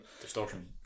Distortion